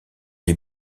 les